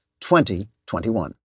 2021